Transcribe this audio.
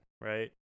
right